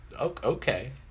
Okay